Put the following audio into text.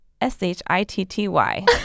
S-H-I-T-T-Y